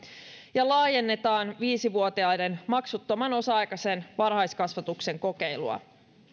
ja laajennetaan viisivuotiaiden maksuttoman osa aikaisen varhaiskasvatuksen kokeilua